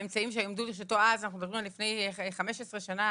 באמצעים שעמדו לרשותו אז אנחנו מדברים על לפני 15 שנה,